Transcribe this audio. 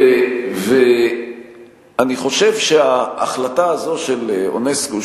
ואני חושב שההחלטה הזו של אונסק"ו,